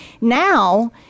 Now